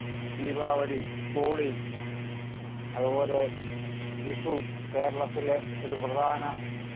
ദീപാവലി ഹോളി അതുപോലെ വിഷു കേരളത്തിലെ ഒരു പ്രധാന